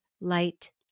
light